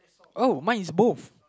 oh mine is both